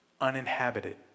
uninhabited